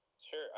Sure